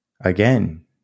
Again